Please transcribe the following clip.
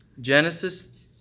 Genesis